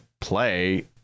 play